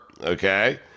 okay